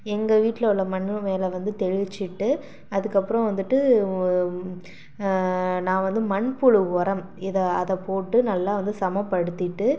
எங்கள் வீட்டில் உள்ள மண்ணு மேலே வந்து தெளிச்சிவிட்டு அதற்கப்பறம் வந்துவிட்டு நான் வந்து மண்புழு உரம் இதை அதை போட்டு நல்லா வந்து சமப்படுத்திகிட்டு